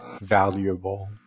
valuable